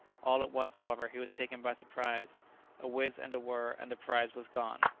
all at once, however, he was taken by surprise a whizz and a whirr and the prize was gone!